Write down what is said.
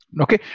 Okay